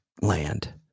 land